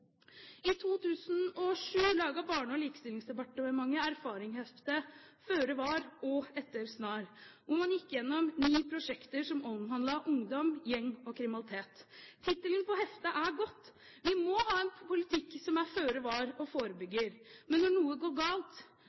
I 2007 lagde Barne-, likestillings- og inkluderingsdepartementet erfaringsheftet Føre var og etter snar, der man gikk gjennom ni prosjekter som omhandlet ungdom, gjeng og kriminalitet. Tittelen på heftet er god. Vi må ha en politikk som er føre var og forebygger. Men når noe galt